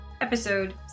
episode